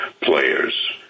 players